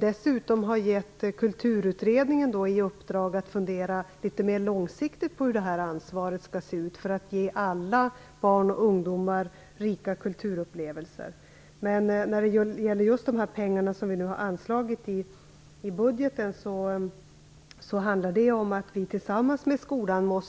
Dessutom har vi gett Kulturutredningen i uppdrag att fundera litet mera långsiktigt på hur det här ansvaret skall se ut för att ge alla barn och ungdomar rika kulturupplevelser. När det gäller de pengar som vi nu har anslagit i budgeten måste vi tillsammans med skolan